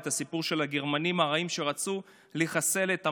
את הסיפור של הגרמנים הרעים שרצו לחסל את עמנו,